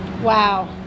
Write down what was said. Wow